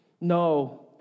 No